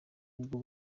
ubwo